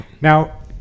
Now